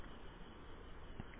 വിദ്യാർത്ഥി സാർ